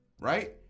right